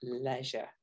leisure